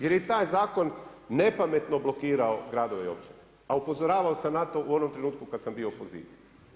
Jer je i taj zakon nepametno blokirao gradove i općine a upozoravao sam na to u onom trenutku kada sam bio u opoziciji.